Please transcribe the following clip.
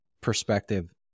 perspective